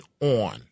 on